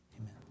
amen